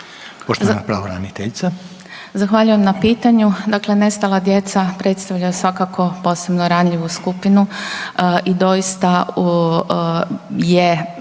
**Pirnat Dragičević, Helenca** Zahvaljujem na pitanju. Dakle, nestala djeca predstavljaju svakako posebno ranjivu skupinu i doista je